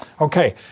Okay